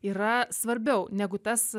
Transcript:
yra svarbiau negu tas